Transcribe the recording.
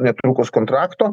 netrukus kontrakto